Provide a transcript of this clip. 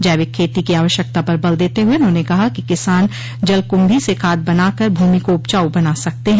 जैविक खेती की आवश्यकता पर बल देते हुए उन्होंने कहा कि किसान जल कुम्भी से खाद बना कर भूमि को उपजाऊ बना सकते हैं